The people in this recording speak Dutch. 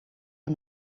een